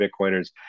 Bitcoiners